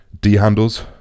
D-handles